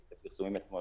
ראיתי את הפרסומים אתמול,